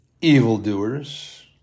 evildoers